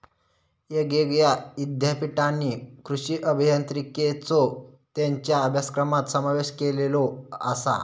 येगयेगळ्या ईद्यापीठांनी कृषी अभियांत्रिकेचो त्येंच्या अभ्यासक्रमात समावेश केलेलो आसा